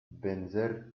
benzer